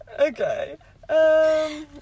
Okay